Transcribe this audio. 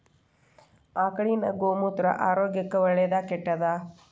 ಆಕಳಿನ ಗೋಮೂತ್ರ ಆರೋಗ್ಯಕ್ಕ ಒಳ್ಳೆದಾ ಕೆಟ್ಟದಾ?